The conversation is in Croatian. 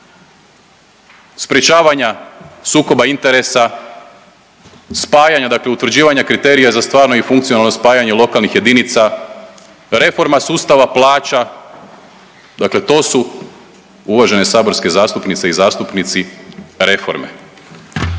sprječavanja sukoba interesa, spajanja dakle utvrđivanja kriterija za stvarno i funkcionalno spajanje lokalnih jedinica, reforma sustava plaća. Dakle, to su uvažene saborske zastupnice i zastupnici reforme.